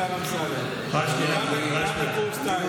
אתה יכול להגיד לשר אמסלם שגם בקורס טיס,